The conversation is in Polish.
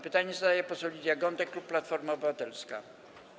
Pytanie zadaje poseł Lidia Gądek, klub Platforma Obywatelska.